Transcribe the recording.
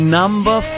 number